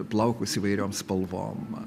plaukus įvairiom spalvom